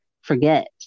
forget